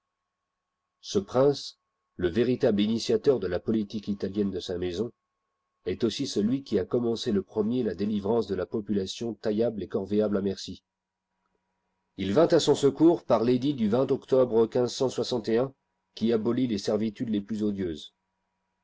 ce prince le véritable initiateur de la politique italienne de sa maison est aussi celui qui a commencé le premier la délivrance de la population taillablc et corvéable à merci il vint à son secours par l'édit du octobre qui abolit les servitudes les plus